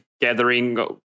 gathering